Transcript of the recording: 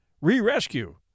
re-rescue